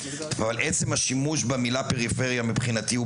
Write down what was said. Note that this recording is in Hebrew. אבל עצם השימוש במילה פריפריה מבחינתי הוא